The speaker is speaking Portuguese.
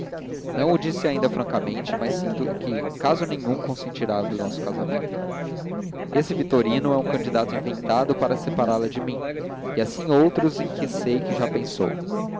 não o disse ainda francamente mas sinto que em caso nenhum consentirá no nosso casamento esse vitorino é um candidato inventado para separá la de mim e assim outros em que sei que já pensou